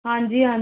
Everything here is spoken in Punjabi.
ਹਾਂਜੀ ਹਾਂਜੀ